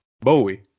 Bowie